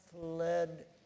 fled